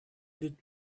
did